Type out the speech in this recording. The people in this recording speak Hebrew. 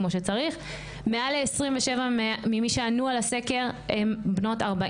כמו שצריך מעל ל 27% ממי שענו על הסקר- בנות 40